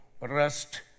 rest